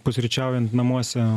pusryčiaujant namuose